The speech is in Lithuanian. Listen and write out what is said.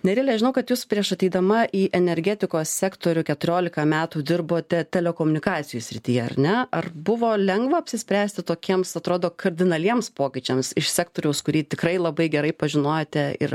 nerile žinau kad jūs prieš ateidama į energetikos sektorių keturiolika metų dirbote telekomunikacijų srityje ar ne ar buvo lengva apsispręsti tokiems atrodo kardinaliems pokyčiams iš sektoriaus kurį tikrai labai gerai pažinojote ir